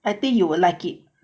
I think you will like it